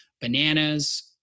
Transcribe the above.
Bananas